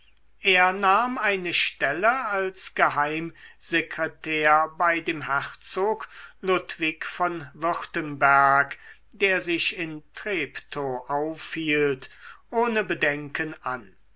er nahm eine stelle als geheimsekretär bei dem herzog ludwig von württemberg der sich in treptow aufhielt ohne bedenken an